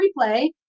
replay